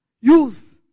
Youth